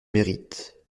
mérite